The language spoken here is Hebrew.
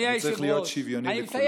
אני צריך להיות שוויוני לכולם.